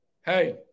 hey